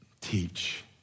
teach